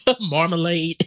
marmalade